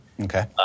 Okay